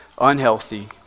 unhealthy